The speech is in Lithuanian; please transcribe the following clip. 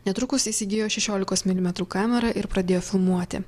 netrukus įsigijo šešiolikos milimetrų kamerą ir pradėjo filmuoti